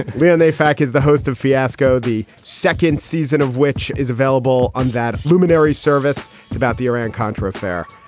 and yeah. and they fact is host of fiasco, the second season of which is available on that luminary service, it's about the iran-contra affair.